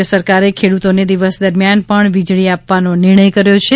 રાજ્ય સરકારે ખેડૂતોને દિવસ દરમિયાન પણ વીજળી આપવાનો નિર્ણય કર્યો છે